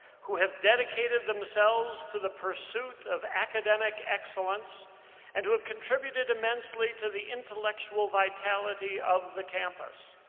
who have dedicated themselves to the pursuit of academic excellence and who have contributed immensely to the intellectual vitality of the campus.